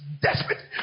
desperate